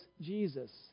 Jesus